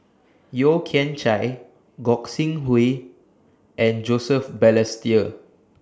Yeo Kian Chai Gog Sing Hooi and Joseph Balestier